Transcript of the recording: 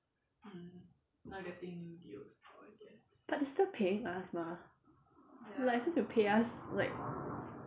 but they still paying us mah like as long as you pay us like